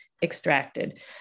extracted